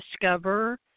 discover